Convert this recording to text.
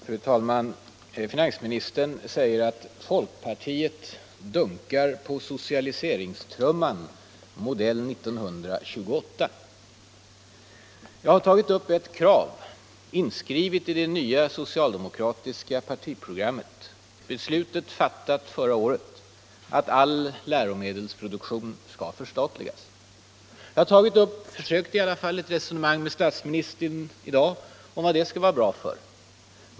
Fru talman! Finansministern säger att folkpartiet ”dunkar på socialiseringstrumman, modell 1928.” Jag har tagit upp ett krav, inskrivet i det nya socialdemokratiska partiprogrammet, antaget förra året: all läromedelsproduktion skall förstatligas! Jag har tidigare i dag försökt ta upp ett resonemang med statsministern om vad det skall vara bra för.